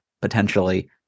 potentially